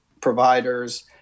providers